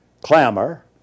clamor